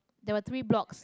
there were three blocks